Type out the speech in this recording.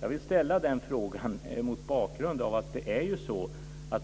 Jag vill ställa en fråga mot denna bakgrund.